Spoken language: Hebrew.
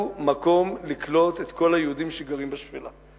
מקום לקלוט את כל היהודים שגרים בשפלה.